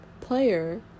player